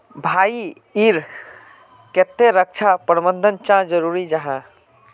भाई ईर केते रक्षा प्रबंधन चाँ जरूरी जाहा?